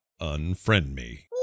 unfriendme